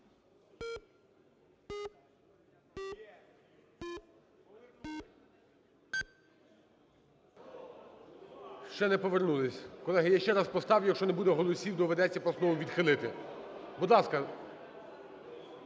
Ще не повернулись. Колеги, я ще раз поставлю, якщо не буде голосів, доведеться постанову відхилити. Будь ласка.